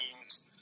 teams